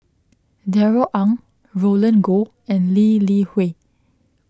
Darrell Ang Roland Goh and Lee Li Hui